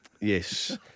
Yes